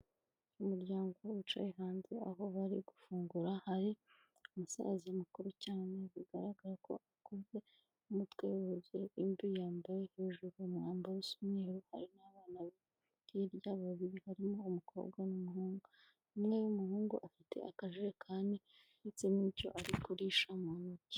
Umuryango wicaye hanze aho bari gufungura, hari umusaza mukuru cyane bigaragara ko akuze, umutwe we wuzuye imvi, yambaye hejuru umwambaro usa umweru, hari n'abana hirya babiri barimo umukobwa n'umuhungu, umwe w'umuhungu afite akajerekani ndetse n'icyo ari kurisha mu ntoki.